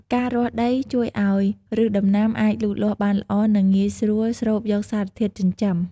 ការរាស់ដីជួយឱ្យឫសដំណាំអាចលូតលាស់បានល្អ និងងាយស្រួលស្រូបយកសារធាតុចិញ្ចឹម។